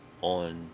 on